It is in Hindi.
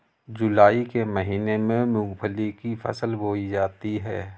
जूलाई के महीने में मूंगफली की फसल बोई जाती है